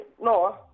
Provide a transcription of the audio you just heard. no